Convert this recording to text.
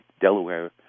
Delaware